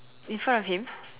in front of him